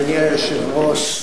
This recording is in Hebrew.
אדוני היושב-ראש,